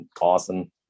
awesome